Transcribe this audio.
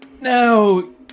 No